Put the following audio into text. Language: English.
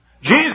Jesus